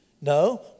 No